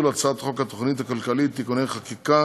הצעת חוק התוכנית הכלכלית (תיקוני חקיקה